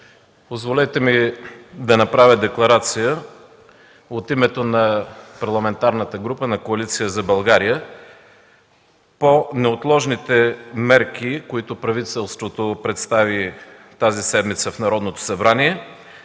Позволете ми да направя Декларация от името на Парламентарната група на Коалиция за България по неотложните мерки, които правителството представи тази седмица в Народното събрание,